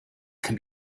can